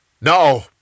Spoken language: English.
No